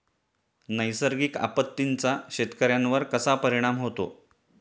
नैसर्गिक आपत्तींचा शेतकऱ्यांवर कसा परिणाम होतो?